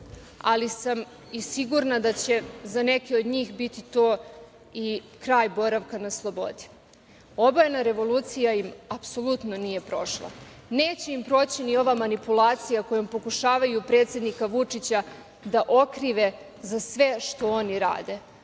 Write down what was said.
ali sam i sigurna da će za neke od njih biti i kraj boravka na slobodi. Obojena revolucija im apsolutno nije prošla. Neće im proći ni ova manipulacija kojom pokušavaju predsednika Vučića da okrive za sve što oni rade,